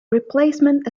replacement